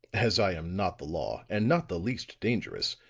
as i am not the law and not the least dangerous,